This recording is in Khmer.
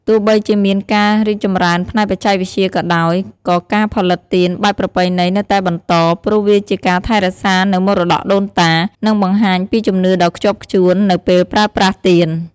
ទោះបីជាមានការរីកចម្រើនផ្នែកបច្ចេកវិទ្យាក៏ដោយ ក៏ការផលិតទៀនបែបប្រពៃណីនៅតែបន្ត ព្រោះវាជាការថែរក្សានៅមរតកដូនតា និងបង្ហាញពីជំនឿដ៏ខ្ជាប់ខ្ជួននៅពេលប្រើប្រាស់ទៀន។